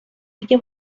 دیگه